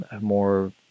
more